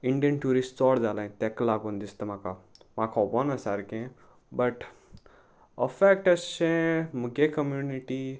Indian tourist चोड जालें तेका लागून दिसता म्हाका म्हाका खबर ना सारकें बट अफेक्ट अशें मुगे कम्युनिटी